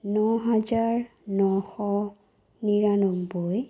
ন হাজাৰ নশ নিৰান্নবৈ